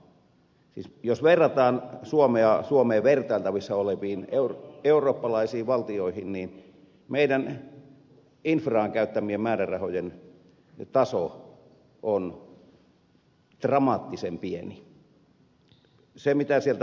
siis jos verrataan suomea suomeen vertailtavissa oleviin eurooppalaisiin valtioihin niin meidän infraan käyttämiemme määrärahojen taso on dramaattisen pieni